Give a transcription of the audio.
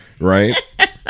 Right